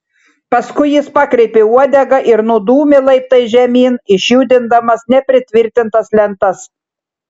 paskui jis pakreipė uodegą ir nudūmė laiptais žemyn išjudindamas nepritvirtintas lentas